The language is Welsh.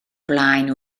blaen